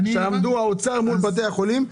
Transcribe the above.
אני שואל על ההסכם שהיה בין האוצר לבתי החולים.